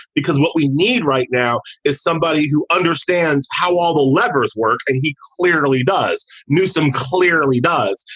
because what we need right now is somebody who understands how all the levers work. and he clearly does. newsom clearly does.